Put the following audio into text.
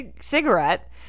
cigarette